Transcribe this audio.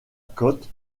côte